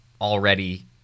already